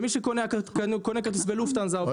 אני